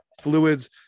fluids